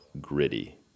gritty